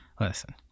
Listen